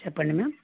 చెప్పండి మ్యామ్